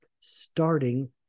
starting